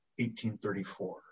1834